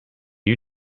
you